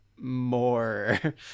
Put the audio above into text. more